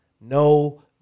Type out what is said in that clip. no